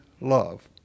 love